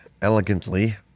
elegantly